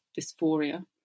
dysphoria